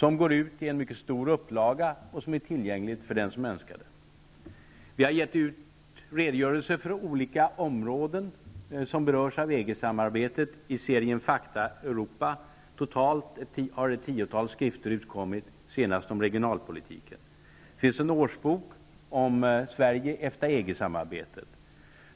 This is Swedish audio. Det går ut i en stor upplaga och är tillgängligt för den som önskar. Vi har gett ut redogörelser för olika områden som berörs av EG-samarbetet i serien Fakta Europa. Totalt har ett tiotal skrifter utkommit, nu senast om regionalpolitiken. Det finns en årsbok om Sverige och EFTA/EG samarbetet.